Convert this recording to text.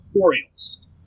Orioles